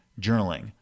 journaling